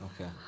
Okay